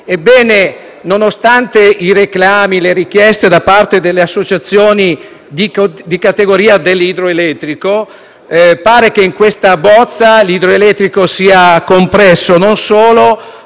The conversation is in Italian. Ebbene, nonostante i reclami e le richieste da parte delle associazioni di categoria dell'idroelettrico, pare che in questa bozza l'idroelettrico sia compresso. Non solo,